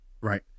Right